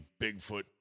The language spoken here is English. Bigfoot